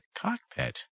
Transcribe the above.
cockpit